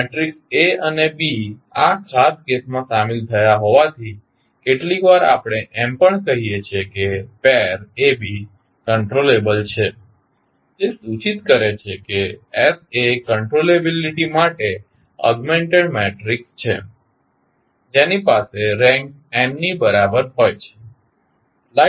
હવે matrix A અને B આ ખાસ કેસમાં સામેલ થયા હોવાથી કેટલીકવાર આપણે એમ પણ કહીએ છીએ કે પેર AB કંટ્રોલેબલ છે જે સૂચિત કરે છે કે S એ કંટ્રોલેબીલીટી માટે ઓગમેન્ટેડ મેટ્રિક્સ છે જેની પાસે રેન્ક n ની બરાબર છે